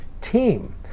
team